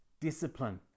discipline